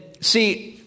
see